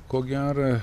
ko gera